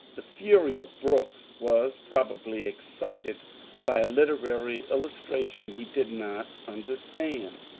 the fury of brooks was probably excited by a literary illustration he did not understand.